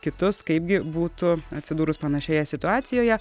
kitus kaipgi būtų atsidūrus panašioje situacijoje